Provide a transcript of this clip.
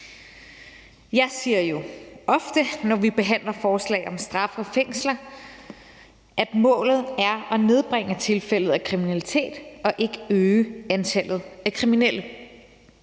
Jeg siger jo ofte, når vi behandler forslag om straf og fængsler, at målet er at nedbringe tilfælde af kriminalitet og ikke øge antallet af kriminelle.